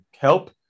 help